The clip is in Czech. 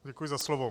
Děkuji za slovo.